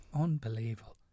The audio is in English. Unbelievable